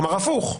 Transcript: כלומר הפוך.